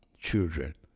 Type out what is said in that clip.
children